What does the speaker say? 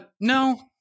no